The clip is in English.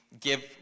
give